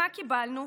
מה קיבלנו?